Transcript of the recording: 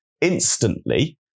instantly